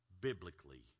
biblically